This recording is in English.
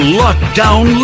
lockdown